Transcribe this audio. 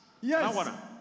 Yes